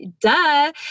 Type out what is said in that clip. Duh